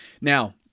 Now